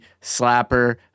slapper